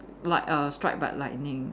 like a strike by lightning